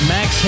Max